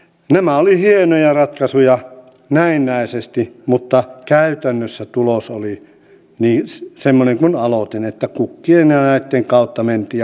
meillä jyväskylässä esimerkiksi on töihinpalvelu joka on saanut aikaan hyviä tuloksia juuri sillä että haetaan räätälöidään sopivia työpaikkoja näille työpaikkojen hakijoille koska nämä eivät automaattisesti kohtaa ja tämä kohtaanto ongelmahan on meillä todella suuri